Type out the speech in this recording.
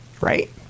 Right